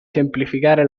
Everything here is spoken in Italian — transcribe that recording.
semplificare